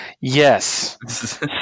Yes